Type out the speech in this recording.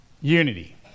unity